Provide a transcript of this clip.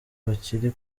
bakiri